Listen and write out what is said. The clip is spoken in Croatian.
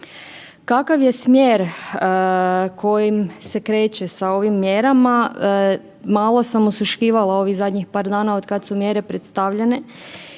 Kakav je smjer kojim se kreće sa ovim mjerama, malo sam osluškivala ovih zadnjih par dana otkad su mjere predstavljene